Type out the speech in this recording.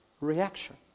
reaction